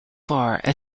far